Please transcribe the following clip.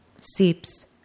seeps